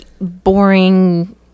boring